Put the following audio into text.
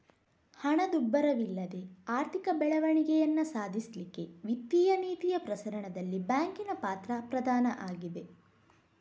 ಹಣದುಬ್ಬರವಿಲ್ಲದೆ ಆರ್ಥಿಕ ಬೆಳವಣಿಗೆಯನ್ನ ಸಾಧಿಸ್ಲಿಕ್ಕೆ ವಿತ್ತೀಯ ನೀತಿಯ ಪ್ರಸರಣದಲ್ಲಿ ಬ್ಯಾಂಕಿನ ಪಾತ್ರ ಪ್ರಧಾನ ಆಗಿದೆ